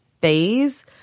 phase